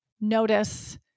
notice